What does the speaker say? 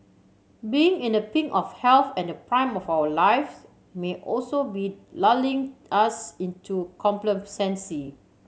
being in the pink of health and the prime of our lives may also be lulling us into complacency